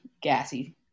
gassy